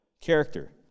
character